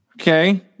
Okay